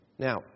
Now